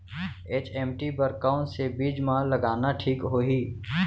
HMT बर कौन से बीज मा लगाना ठीक होही?